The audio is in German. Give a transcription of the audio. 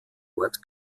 ort